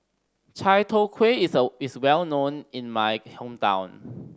Chai Tow Kuay is is well known in my hometown